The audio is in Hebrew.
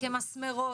כמסמרות,